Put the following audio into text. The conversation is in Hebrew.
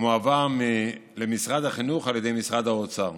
מועבר למשרד החינוך על ידי משרד האוצר,